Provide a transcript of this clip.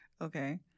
Okay